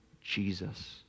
Jesus